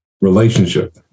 relationship